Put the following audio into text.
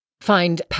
find